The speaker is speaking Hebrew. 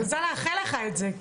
אני רוצה לאחל לך את זה.